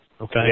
okay